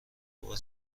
بار